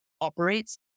operates